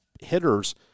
hitters